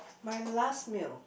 my last meal